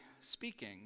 speaking